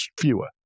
fewer